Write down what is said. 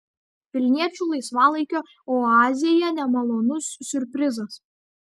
vilniečių laisvalaikio oazėje nemalonus siurprizas